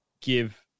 give